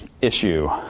issue